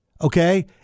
Okay